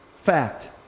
fact